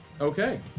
Okay